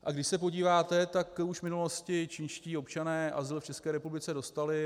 A když se podíváte, tak už v minulosti čínští občané azyl v České republice dostali.